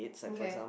okay